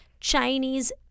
chinese